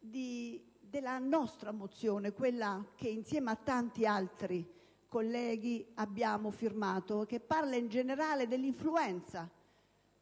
della nostra mozione, quella che insieme a tanti altri colleghi abbiamo firmato e che parla, in generale, dell'influenza